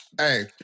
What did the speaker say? Hey